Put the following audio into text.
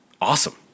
Awesome